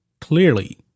clearly